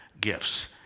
gifts